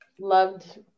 Loved